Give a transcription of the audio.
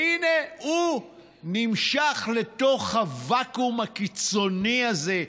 והינה, הוא נמשך לתוך הוואקום הקיצוני הזה,